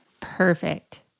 Perfect